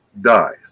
dies